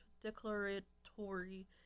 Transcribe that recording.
declaratory